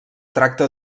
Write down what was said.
tracta